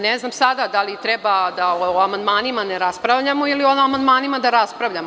Ne znam sada da li treba da o amandmanima ne raspravljamo ili o amandmanima da raspravljamo.